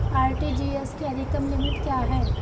RTGS की अधिकतम limit क्या है?